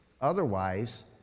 Otherwise